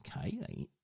okay